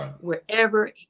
wherever